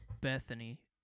Bethany